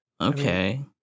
Okay